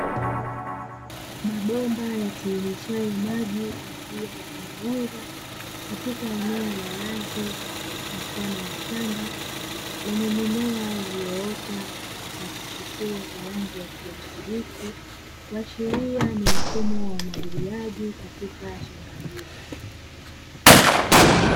Mabomba yatiririshayo maji kwa njia ya kunyunyiza katika eneo la wazi mfano wa shamba lenye mimea iliyoota na kuchepua kwa rangi ya kijani kibichi, kuashiria ni mfumo wa umwagiliaji katika shamba hilo.